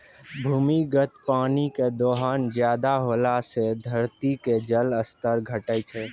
भूमिगत पानी के दोहन ज्यादा होला से धरती के जल स्तर घटै छै